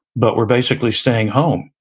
but we're basically staying home,